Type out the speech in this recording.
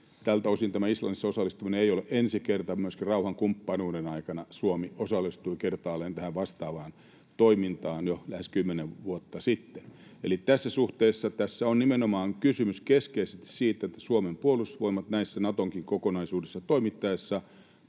Tältä osin tämä Islannissa osallistuminen ei ole ensi kerta. Myöskin rauhankumppanuuden aikana Suomi osallistui kertaalleen tähän vastaavaan toimintaan jo lähes kymmenen vuotta sitten. Eli tässä suhteessa tässä on nimenomaan kysymys keskeisesti siitä, että Suomen Puolustusvoimat tässä Natonkin kokonaisuudessa toimittaessa